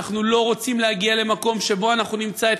אנחנו לא רוצים להגיע למקום שבו אנחנו נמצא את